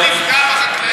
אם זה היה תלוי בכם,